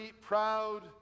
proud